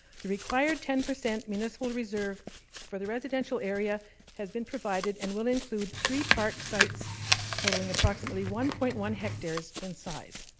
the required ten percent municipal reserve for the residential area has been provided and will include three park sites totaling approximately one point one hectares in size.